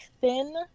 thin